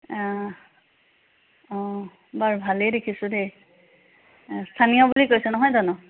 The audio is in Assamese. অ বাৰু ভালে দেখিছোঁ দেই স্থানীয় বুলি কৈছে নহয় জানো